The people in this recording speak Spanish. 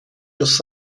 los